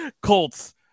Colts